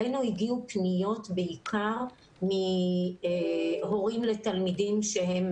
אלינו הגיעו פניות בעיקר מהורים לתלמידים שהם